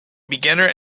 beginner